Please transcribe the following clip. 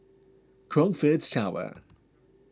Crockfords Tower